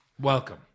Welcome